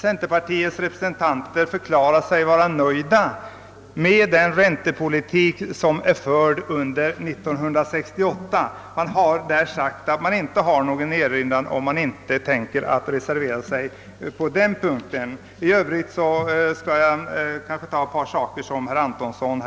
Centerpartiets representanter har ju förklarat att man inte har någon erinran mot den räntepolitik som har förts under 1968 och att man inte tänker reservera sig på den punkten. Jag kommer sedan till herr Antonssons